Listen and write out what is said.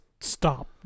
stop